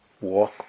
walk